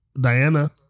Diana